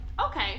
Okay